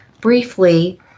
briefly